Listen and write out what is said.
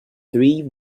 three